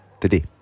today